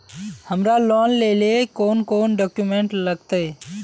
हमरा लोन लेले कौन कौन डॉक्यूमेंट लगते?